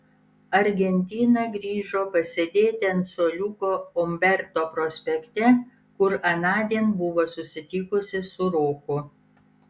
argentina grįžo pasėdėti ant suoliuko umberto prospekte kur anądien buvo susitikusi su roku